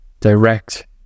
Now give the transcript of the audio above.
direct